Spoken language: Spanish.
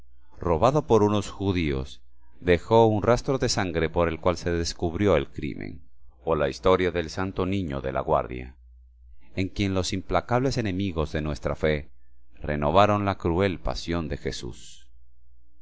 robado por unos judíos dejó un rastro de sangre por el cual se descubrió el crimen o la historia del santo niño de la guardia en quien los implacables enemigos de nuestra fe renovaron la cruel pasión de jesús